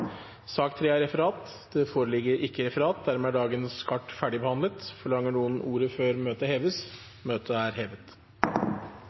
dagens kart ferdigbehandlet. Forlanger noen ordet før møtet heves?